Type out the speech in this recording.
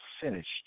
finished